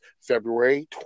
February